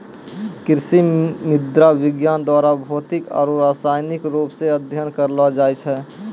कृषि मृदा विज्ञान द्वारा भौतिक आरु रसायनिक रुप से अध्ययन करलो जाय छै